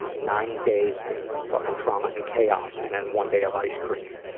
nine days of fucking trauma and chaos and then one day of ice cream,